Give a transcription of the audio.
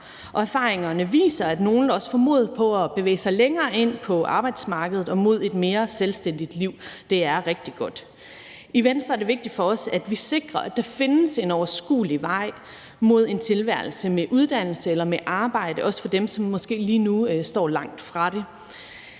Og erfaringerne viser, at nogle også får mod på at bevæge sig længere ind på arbejdsmarkedet og i retning af et mere selvstændigt liv. Det er rigtig godt. I Venstre er det vigtigt for os, at vi sikrer, at der findes en overskuelig vej til en tilværelse med uddannelse eller med arbejde, også for dem, som måske lige nu står langt fra det.